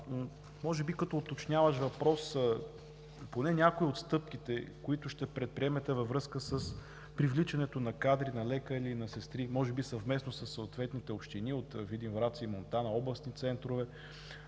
Може би като уточняващ въпрос: поне някои от стъпките, които ще предприемете във връзка с привличането на кадри, на лекари, на сестри може би съвместно със съответните общини от Видин, Враца и Монтана, областни центрове,